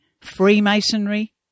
Freemasonry